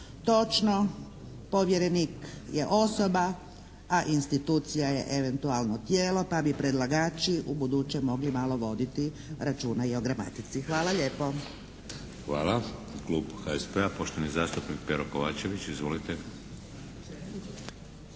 Točno, povjerenik je osoba, a institucija je eventualno tijelo pa bi predlagači ubuduće mogli malo voditi računa i o gramatici. Hvala lijepo. **Šeks, Vladimir (HDZ)** Hvala. Klub HSP-a, poštovani zastupnik Pero Kovačević. Izvolite.